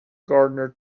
gardener